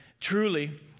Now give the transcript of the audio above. Truly